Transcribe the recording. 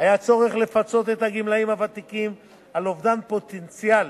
היה צורך לפצות את הגמלאים הוותיקים על אובדן פוטנציאל